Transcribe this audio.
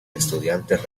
estudiantes